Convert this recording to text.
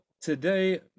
today